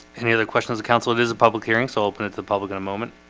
any other questions of counsel, it is a public hearing. so open it to the public in a moment